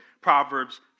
Proverbs